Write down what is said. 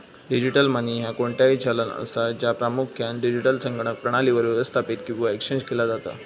digital money ह्या कोणताही चलन असा, ज्या प्रामुख्यान डिजिटल संगणक प्रणालीवर व्यवस्थापित किंवा एक्सचेंज केला जाता